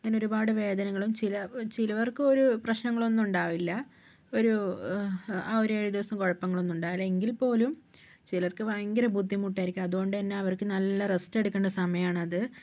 അങ്ങനൊരുപാട് വേദനകളും ചില ചിലർക്കൊരു പ്രശ്നങ്ങളും ഉണ്ടാവില്ല ഒരു ആ ഒരു ഏഴ് ദിവസം കൊഴപ്പങ്ങളൊന്നും ഉണ്ടാവില്ല എങ്കിൽ പോലും ചിലർക്ക് ഭയങ്കര ബുദ്ധിമുട്ടായിരിക്കും അതോണ്ട്തന്നെ അവർക്ക് നല്ല റസ്റ്റ് എടുക്കണ്ട സമയാണത്